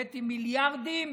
הבאתי מיליארדים